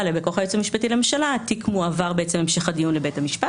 אחר יורש, לא מבין היורשים.